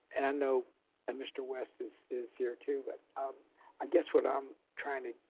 and i know and mr. west is is here too, but um i guess what i'm trying to